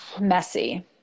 Messy